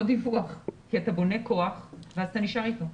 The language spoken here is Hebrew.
דיווח כי אתה בונה כוח ואתה נשאר אתו.